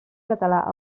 català